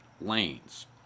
Lanes